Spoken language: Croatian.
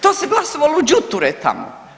To se glasovalo u đuture tamo.